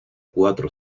cuatro